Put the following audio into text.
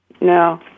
No